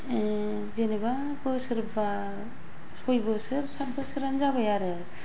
जेनेबा बोसोरबा सय बोसोर साट बोसोरानो जाबाय आरो